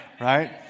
right